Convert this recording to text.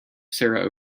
sarah